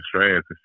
strands